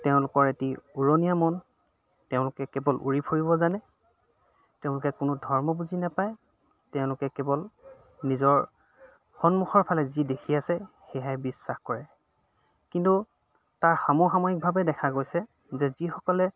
তেওঁলোকৰ এটি উৰণীয়া মন তেওঁলোকে কেৱল উৰি ফুৰিব জানে তেওঁলোকে কোনো ধৰ্ম বুজি নাপায় তেওঁলোকে কেৱল নিজৰ সন্মুখৰ ফালে যি দেখি আছে সেয়েহে বিশ্বাস কৰে কিন্তু তাৰ সামসাময়িকভাৱে দেখা গৈছে যে যিসকলে